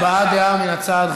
הבעת דעה מן הצד,